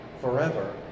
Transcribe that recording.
forever